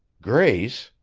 grace,